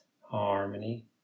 harmony